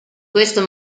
questo